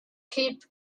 keep